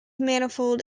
manifold